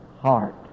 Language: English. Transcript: heart